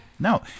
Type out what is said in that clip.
No